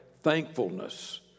thankfulness